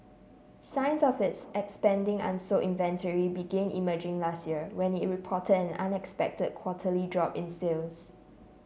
signs of its expanding unsold inventory began emerging last year when it reported an unexpected quarterly drop in sales